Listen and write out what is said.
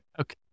Okay